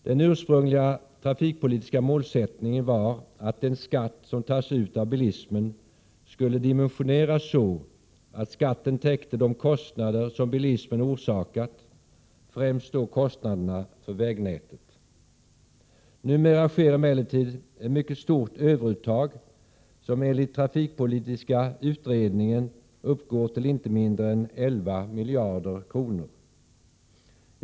Den ursprungliga trafikpolitiska målsättningen var att den skatt som tas ut av bilismen skulle dimensioneras så att skatten täckte de kostnader som bilismen orsakat — främst då kostnaderna för vägnätet. Numera sker emellertid ett mycket stort överuttag, som enligt trafikpolitiska utredningen uppgår till inte mindre än 11 miljarder kronor.